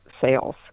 sales